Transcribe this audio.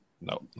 no